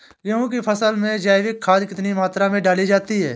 गेहूँ की फसल में जैविक खाद कितनी मात्रा में डाली जाती है?